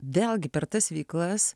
vėlgi per tas veiklas